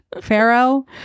Pharaoh